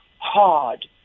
hard